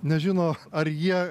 nežino ar jie